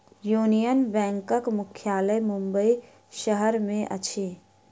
union बैंकक मुख्यालय मुंबई शहर में अछि